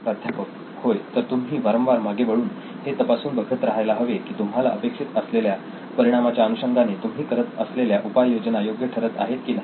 प्राध्यापक होय तर तुम्ही वारंवार मागे वळून हे तपासून बघत राहायला हवे की तुम्हाला अपेक्षित असलेल्या परिणामाच्या अनुषंगाने तुम्ही करत असलेल्या उपाय योजना योग्य ठरत आहेत की नाही